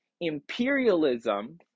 imperialism